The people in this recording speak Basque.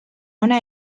ona